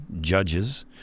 Judges